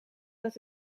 dat